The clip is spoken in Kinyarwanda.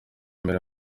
mbere